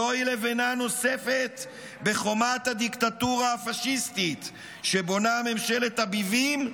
זוהי לבנה נוספת בחומת הדיקטטורה הפשיסטית שבונה ממשלת הביבים,